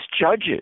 judges